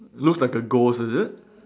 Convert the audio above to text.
looks like a ghost is it